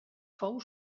fou